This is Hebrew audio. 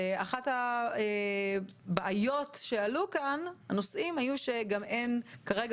אחת הבעיות שעלו כאן הייתה שגם אין כרגע